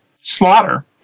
slaughter